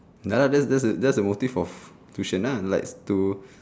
ah that's that's the motive of tuition nah likes to